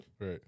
Right